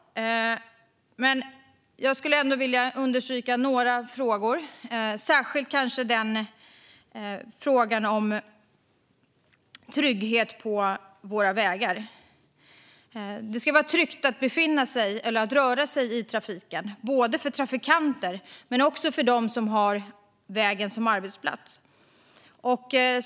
Jag skulle ändå vilja understryka några frågor, särskilt kanske frågan om trygghet på våra vägar. Det ska vara tryggt att röra sig i trafiken, både för trafikanter och för dem som har vägen som arbetsplats.